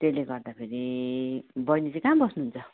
त्यसले गर्दाखेरि बैनी चाहिँ कहाँ बस्नुहुन्छ